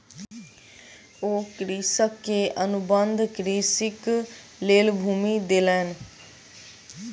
ओ कृषक के अनुबंध कृषिक लेल भूमि देलैन